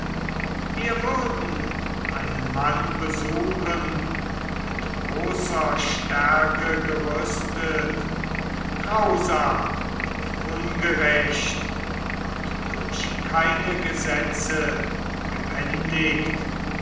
wir würden einen mann besuchen mit großer stärke gerüstet grausam und ungerecht und durch keine gesetze gebändigt